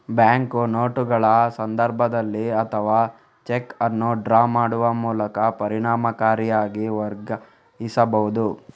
bank ನೋಟುಗಳ ಸಂದರ್ಭದಲ್ಲಿ ಅಥವಾ ಚೆಕ್ ಅನ್ನು ಡ್ರಾ ಮಾಡುವ ಮೂಲಕ ಪರಿಣಾಮಕಾರಿಯಾಗಿ ವರ್ಗಾಯಿಸಬಹುದು